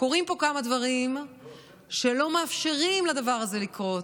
קורים פה כמה דברים שלא מאפשרים לדבר הזה לקרות,